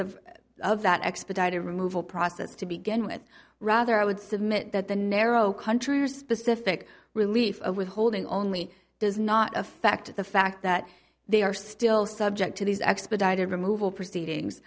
of of that expedited removal process to begin with rather i would submit that the narrow country or specific relief of withholding only does not affect the fact that they are still subject to these expedited removal proceedings